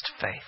faith